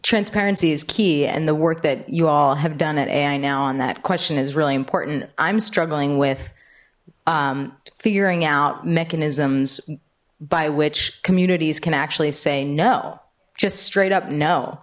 transparency is key and the work that you all have done at ai now on that question is really important i'm struggling with figuring out mechanisms by which communities can actually say no just straight up no